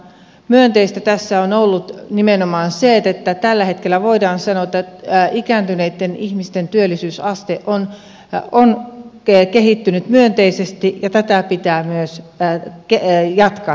myönteistä tässä on ollut nimenomaan se että tällä hetkellä voidaan sanoa että ikääntyneitten ihmisten työllisyysaste on kehittynyt myönteisesti ja tätä työtä pitää myös jatkaa